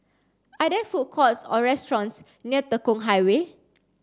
are there food courts or restaurants near Tekong Highway